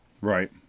Right